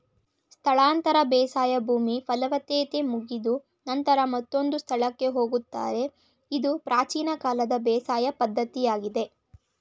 ಸ್ಥಳಾಂತರ ಬೇಸಾಯ ಭೂಮಿ ಫಲವತ್ತತೆ ಮುಗಿದ ನಂತರ ಮತ್ತೊಂದು ಸ್ಥಳಗಳಿಗೆ ಹೋಗುತ್ತಾರೆ ಇದು ಪ್ರಾಚೀನ ಕಾಲದ ಬೇಸಾಯ ಪದ್ಧತಿಯಾಗಿದೆ